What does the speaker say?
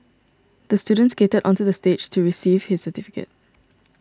the student skated onto the stage to receive his certificate